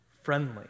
friendly